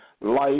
life